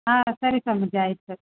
ಹಾಂ ಸರಿ ಸ್ವಾಮೀಜಿ ಆಯಿತು